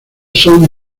son